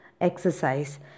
exercise